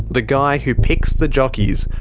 the guy who picks the jockeys,